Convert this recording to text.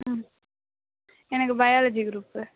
ம் எனக்கு biology group